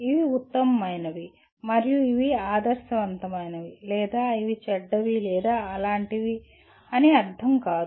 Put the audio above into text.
ఇవి ఉత్తమమైనవి మరియు ఇవి ఆదర్శవంతమైనవి లేదా ఇవి చెడ్డవి లేదా అలాంటివి అని అర్ధం కాదు